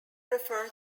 refer